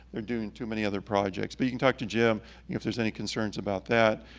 they're doing too many other projects. but you can talk to jim if there's any concerns about that.